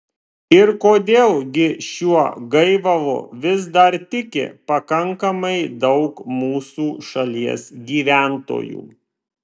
ir kodėl gi šiuo gaivalu vis dar tiki pakankamai daug mūsų šalies gyventojų